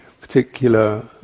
particular